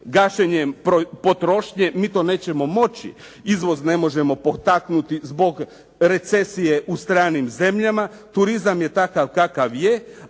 gašenjem potrošnje mi to nećemo moći. Izvoz ne možemo potaknuti zbog recesije u stranim zemljama, turizam je takav kakav je,